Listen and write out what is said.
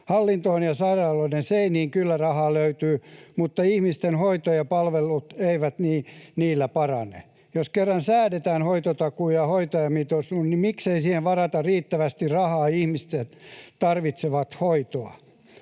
Hallintoon ja sairaaloiden seiniin kyllä rahaa löytyy, mutta ihmisten hoito ja palvelut eivät niillä parane. Jos kerran säädetään hoitotakuu ja hoitajamitoitus, niin miksei siihen varata riittävästi rahaa? Ihmiset tarvitsevat hoitoa.